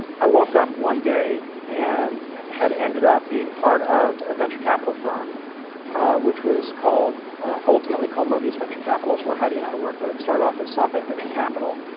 i woke up one day and had ended up being part of a venture capital firm which was called ah ultimately called mobius venture capital, it's where heidi and i worked, but it started off as softbank venture capital.